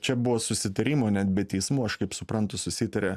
čia buvo susitarimo net be teismų aš kaip suprantu susitaria